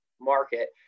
market